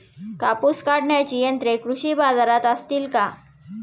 कापूस काढण्याची यंत्रे कृषी बाजारात असतील का?